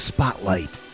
Spotlight